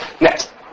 Next